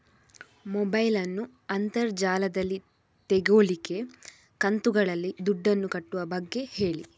mobile ನ್ನು ಅಂತರ್ ಜಾಲದಲ್ಲಿ ತೆಗೋಲಿಕ್ಕೆ ಕಂತುಗಳಲ್ಲಿ ದುಡ್ಡನ್ನು ಕಟ್ಟುವ ಬಗ್ಗೆ ಹೇಳಿ